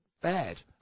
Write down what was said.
bad